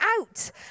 out